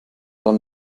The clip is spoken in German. dann